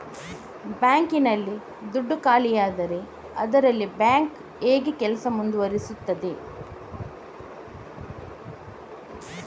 Bank ನಲ್ಲಿ ದುಡ್ಡು ಖಾಲಿಯಾದರೆ ಅದರಲ್ಲಿ ಬ್ಯಾಂಕ್ ಹೇಗೆ ಕೆಲಸ ಮುಂದುವರಿಸುತ್ತದೆ?